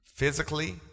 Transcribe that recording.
Physically